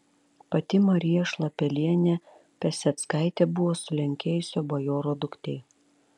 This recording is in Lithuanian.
pati marija šlapelienė piaseckaitė buvo sulenkėjusio bajoro duktė